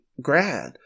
grad